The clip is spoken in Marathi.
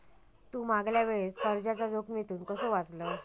तू मागल्या वेळेस कर्जाच्या जोखमीतून कसो वाचलस